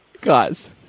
Guys